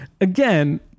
again